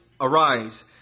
arise